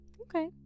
Okay